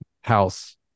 house